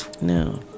No